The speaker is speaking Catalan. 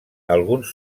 alguns